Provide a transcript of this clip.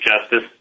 Justice